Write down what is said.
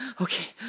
okay